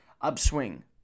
upswing